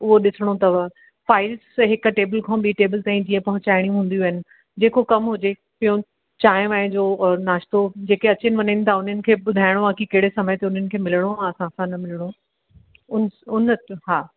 उहो ॾिसणो अथव फ़ाईल्स हिक टेबल खां ॿी टेबल ताईं जीअं पहुचाइणियूं हुंदियूं आहिनि जेको कमु हुजे प्यून चांहि वाएं जो और नाश्तो जेके अचनि वञनि था उन्हनि खे ॿुधाइणो आहे की कहिड़े समय ते उन्हनि खे मिलिणो आहे असां न मिलिणो आहे उन उनत हा